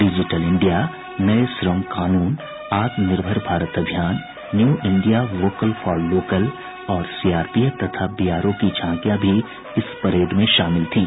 digital India नये श्रम कानून आत्मनिर्भर भारत अभियान new India vocal for local और सीआरपीएफ तथा बीआरओ की झांकियां भी इस परेड में शामिल थीं